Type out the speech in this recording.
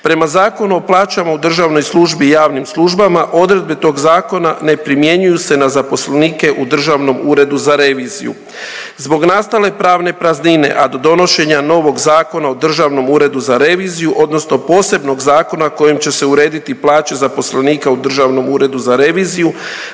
Prema Zakonu o plaćama u državnoj službi i javnim službama odredbe tog zakona ne primjenjuju se na zaposlenike u Državnom uredu za reviziju. Zbog nastale pravne praznine, a do donošenja novog Zakona o Državnom uredu za reviziju odnosno posebnog zakona kojim će se urediti plaće zaposlenika u Državnom uredu za reviziju